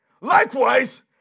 likewise